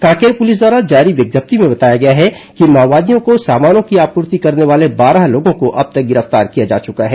Kanker police द्वारा जारी विज्ञप्ति में बताया गया है कि माओवादियों को सामानों की आपूर्ति करने वाले बारह लोगों को अब तक गिरफ्तार किया जा चुका है